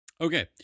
Okay